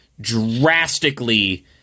drastically